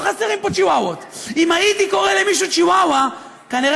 אם הייתי קורא למישהו צ'יוואווה כנראה